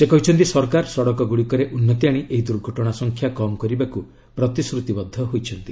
ସେ କହିଛନ୍ତି ସରକାର ସଡ଼କଗୁଡ଼ିକରେ ଉନ୍ନତି ଆଶି ଏହି ଦୁର୍ଘଟଣା ସଂଖ୍ୟା କମ୍ କରିବାକୁ ପ୍ରତିଶ୍ରତିବଦ୍ଧ ହୋଇଛନ୍ତି